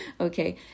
Okay